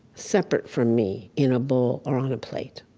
separate from me in a bowl or on a plate.